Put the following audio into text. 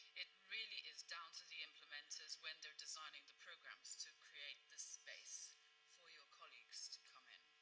it really is down to the implementers when they are designing the programs to create this space for your colleagues to come in.